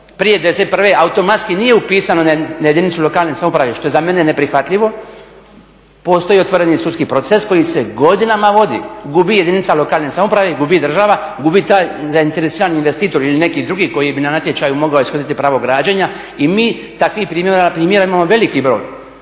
prije '91. automatski nije upisano na jedinicu lokalne samouprave što je za mene neprihvatljivo postoji otvoreni sudski proces koji se godinama vodi. Gubi jedinica lokalne samouprave i gubi država, gubi taj zainteresirani investitor ili neki drugi koji bi na natječaju mogao ishoditi pravo građenja. I mi takvih primjera imamo veliki broj.